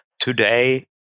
today